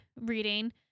reading